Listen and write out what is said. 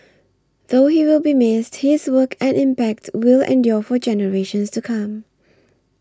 though he will be missed his work and impact will endure for generations to come